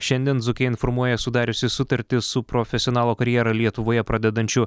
šiandien dzūkija informuoja sudariusi sutartį su profesionalo karjerą lietuvoje pradedančiu